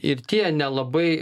ir tie nelabai